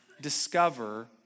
discover